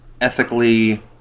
ethically